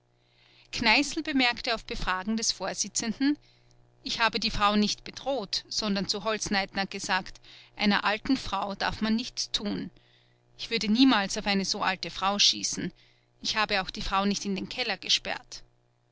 kneißl bemerkte auf befragen des vorsitzenden ich habe die frau nicht bedroht sondern zu holzleitner ner gesagt einer alten frau darf man nichts tun ich würde niemals auf eine so alte frau schießen ich habe auch die frau nicht in den keller gesperrt